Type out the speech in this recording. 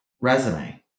resume